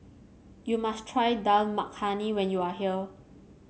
you must try Dal Makhani when you are here